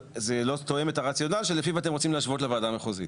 זה לא תואם את הרציונל שלפיו אתם רוצים להשוות לוועדה המחוזית.